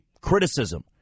criticism